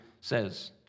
says